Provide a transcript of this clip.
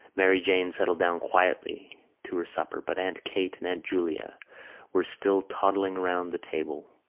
mary jane settled down quietly to her supper but aunt kate and aunt julia were still toddling round the table,